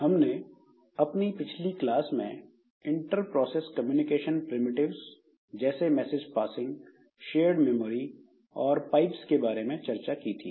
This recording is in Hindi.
हमने अपनी पिछली क्लास में इंटरप्रोसेस कम्युनिकेशन प्रिमिटिव्स जैसे मैसेज पासिंग शेयर्ड मेमोरी और पाइप्स के बारे में चर्चा की थी